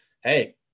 hey